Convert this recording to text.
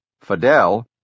Fidel